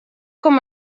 com